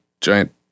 giant